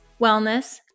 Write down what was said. wellness